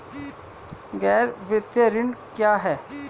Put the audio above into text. गैर वित्तीय ऋण क्या है?